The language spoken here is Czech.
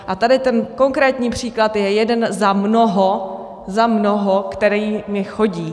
A tady ten konkrétní příklad je jeden za mnoho, za mnoho, které mi chodí.